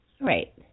right